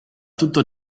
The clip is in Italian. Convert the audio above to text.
tutto